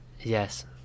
Yes